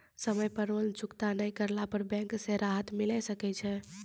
समय पर लोन चुकता नैय करला पर बैंक से राहत मिले सकय छै?